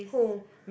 who